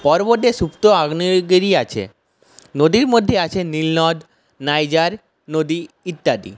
পর্বতে সুপ্ত আগ্নেয়গিরি আছে নদীর মধ্যে আছে নীলনদ নাইজার নদী ইত্যাদি